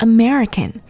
American